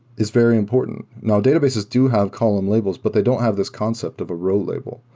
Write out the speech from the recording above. it's very important. now, databases do have column labels, but they don't have this concept of a real label.